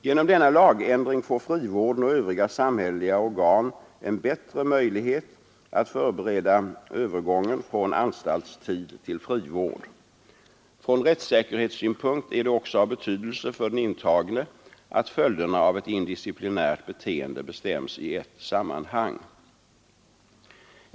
Genom denna lagändring får frivården och övriga samhälleliga organ en bättre möjlighet att förbereda övergången från anstaltstid till frivård. Från rättssäkerhetssynpunkt är det också av betydelse för den intagne att följderna av ett indisciplinärt beteenden bestäms i ett sammanhang.